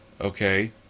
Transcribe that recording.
Okay